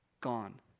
gone